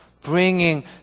bringing